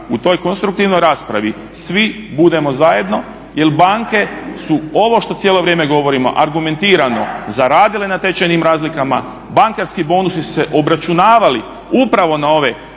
u toj konstruktivnoj raspravi svi budemo zajedno jer banke su ovo što cijelo vrijeme govorimo argumentirano zaradile na tečajnim razlikama, bankarski bonusi su se obračunavali upravo na ove